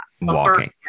walking